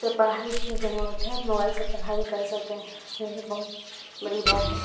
اس سے پڑھائی کی ضرورت ہے موبائل سے پڑھائی کر سکیں یہ بھی بہت بڑی بات ہے